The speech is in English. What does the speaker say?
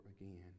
again